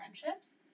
friendships